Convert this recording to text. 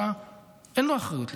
אין לו אחריות לזה.